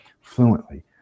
fluently